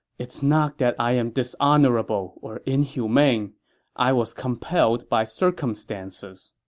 it's not that i am dishonorable or inhumane i was compelled by circumstances.